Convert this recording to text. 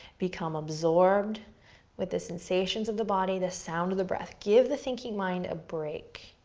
become absorbed with the sensations of the body, the sound of the breath. give the thinking mind a break.